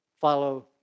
follow